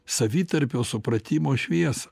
savitarpio supratimo šviesą